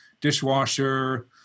dishwasher